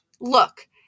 Look